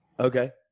okay